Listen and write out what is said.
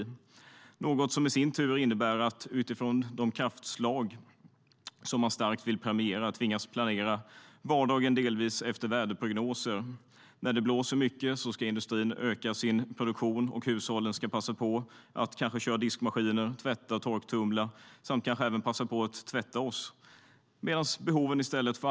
Det innebär i sin tur att vi utifrån de kraftslag som man starkt vill premiera tvingas planera vardagen delvis efter väderprognoser. När det blåser mycket ska industrin öka sin produktion och vi i hushållen ska passa på att köra diskmaskiner, tvätta och torktumla och kanske även passa på att tvätta oss själva.